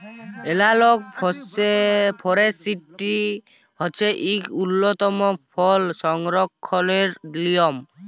এলালগ forestry হছে ইক উল্ল্যতম বল সংরখ্খলের লিয়ম